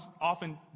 often